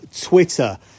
Twitter